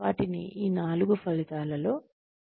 వాటిని ఈ నాలుగు ఫలితాలలో వర్గీకరించవచ్చు